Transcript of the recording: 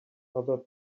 other